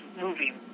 moving